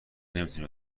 نمیتونی